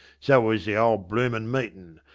so was the ole bloomin meetin.